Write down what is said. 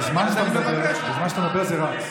בזמן שאתה מדבר זה רץ.